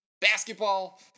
basketball